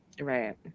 Right